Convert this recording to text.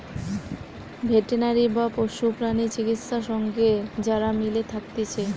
veterinary বা পশু প্রাণী চিকিৎসা সঙ্গে যারা মিলে থাকতিছে